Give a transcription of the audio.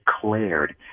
declared